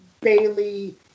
Bailey